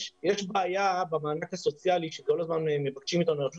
יש בעיה במענק הסוציאלי שכל הזמן מבקשים מאיתנו ברשות